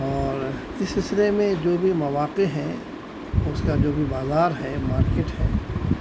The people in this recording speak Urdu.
اور اس سلسلے میں جو بھی مواقع ہیں اس کا جو بھی بازار ہے مارکیٹ ہے